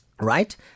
right